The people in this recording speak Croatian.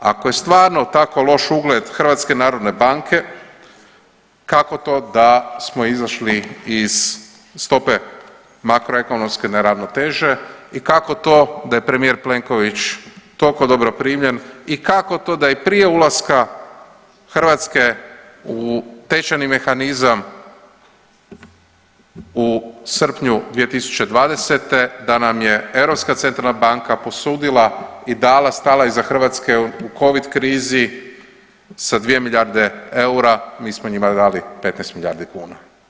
Ako je stvarno tako loš ugled HNB-a kako to da smo izašli iz stope makroekonomske neravnoteže i kako to da je premijer Plenković toliko dobro primljen i kako to da je prije ulaska Hrvatske u tečajni mehanizam u srpnju 2020. da nam je Europska centralna banka posudila i dala stala iza Hrvatske u covid krizi sa 2 milijarde eura, mi smo njima dali 15 milijardi kuna?